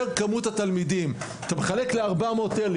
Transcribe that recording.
פר כמות התלמידים אתה מחלק ל-400,000,